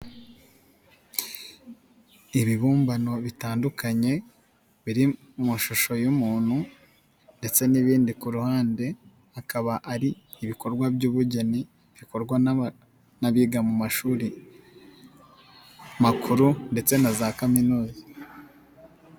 Ibibumbano bitandukanye biri mu mashusho y'umuntu ndetse n'ibindi ku ruhande, akaba ari ibikorwa by'ubugeni bikorwa n'abiga mu mashuri makuru ndetse na za kaminuza.